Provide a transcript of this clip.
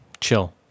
Chill